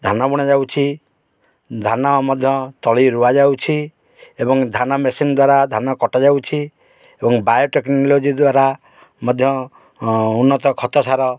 ଧାନ ବୁଣାଯାଉଛି ଧାନ ମଧ୍ୟ ତଳି ରୁଆ ଯାଉଛି ଏବଂ ଧାନ ମେସିନ୍ ଦ୍ୱାରା ଧାନ କଟାଯାଉଛି ଏବଂ ବାୟୋଟେକ୍ନୋଲୋଜି ଦ୍ୱାରା ମଧ୍ୟ ଉନ୍ନତ ଖତ ସାର